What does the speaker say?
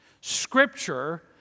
Scripture